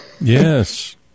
Yes